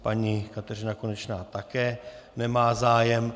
Paní Kateřina Konečná také nemá zájem.